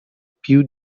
più